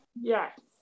Yes